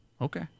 Okay